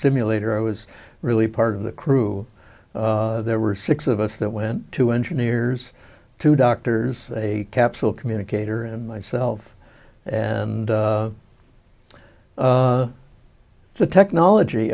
simulator i was really part of the crew there were six of us that went to engineers two doctors a capsule communicator and myself and the technology